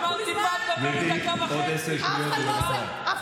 אמרתי, מה, את מדברת דקה וחצי, יבגני.